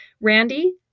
Randy